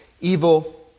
evil